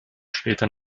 später